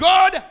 God